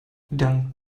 dank